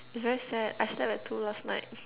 it's very sad I slept at two last night